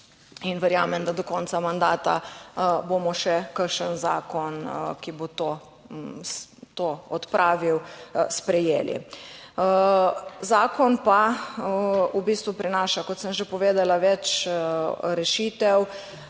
In verjamem, da do konca mandata bomo še kakšen zakon, ki bo to odpravil, sprejeli. Zakon pa v bistvu prinaša, kot sem že povedala, več rešitev.